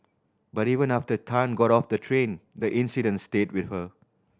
but even after Tan got off the train the incident stayed with her